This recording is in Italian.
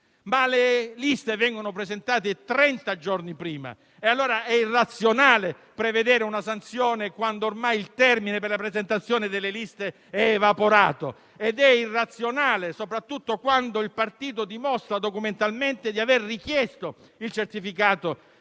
le liste vengono presentate trenta giorni prima ed è irrazionale prevedere una sanzione quando ormai il termine per la presentazione delle liste è evaporato: ed è irrazionale soprattutto quando il partito dimostra documentalmente di aver richiesto il certificato